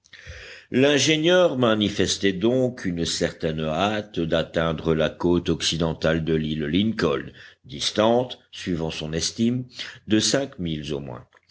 l'ingénieur manifestait donc une certaine hâte d'atteindre la côte occidentale de l'île lincoln distante suivant son estime de cinq milles au moins